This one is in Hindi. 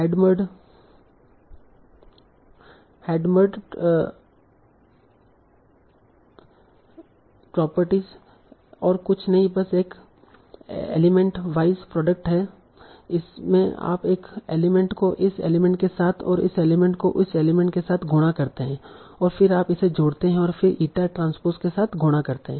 हैडमर्ड प्रॉपर्टीज और कुछ नहीं बस एक एलिमेंट वाइज प्रोडक्ट है इसमें आप एक एलिमेंट को इस एलिमेंट के साथ और इस एलिमेंट को इस एलिमेंट के साथ गुणा करते हैं और फिर आप इसे जोड़ते हैं और फिर ईटा ट्रांस्पोस के साथ गुणा करते हैं